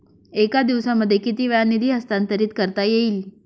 एका दिवसामध्ये किती वेळा निधी हस्तांतरीत करता येईल?